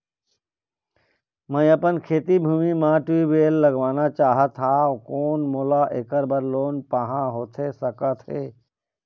मैं अपन खेती भूमि म ट्यूबवेल लगवाना चाहत हाव, कोन मोला ऐकर बर लोन पाहां होथे सकत हे?